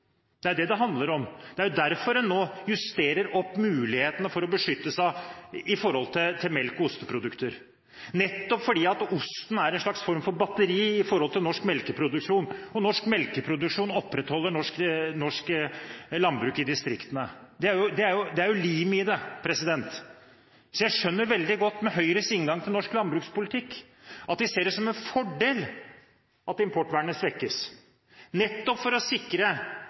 Det er det det handler om. Det er jo derfor en nå justerer opp mulighetene for å beskytte seg når det gjelder melk og osteprodukter – nettopp fordi osten er en form for batteri for norsk melkeproduksjon, og norsk melkeproduksjon opprettholder norsk landbruk i distriktene. Det er jo limet i det. Jeg skjønner veldig godt, med Høyres inngang til norsk landbrukspolitikk, at de ser det som en fordel at importvernet svekkes, nettopp for å sikre